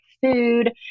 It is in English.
food